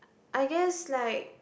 I guess like